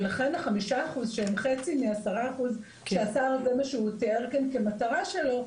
ולכן ה-5% שהם חצי מ-10% שהשר זה מה שהוא תיאר כאן כמטרה שלו,